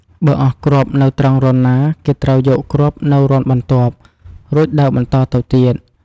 បើអស់គ្រាប់នៅត្រង់រន្ធណា គេត្រូវយកគ្រាប់នៅរន្ធបន្ទាប់ រួចដើរបន្តទៅទៀត។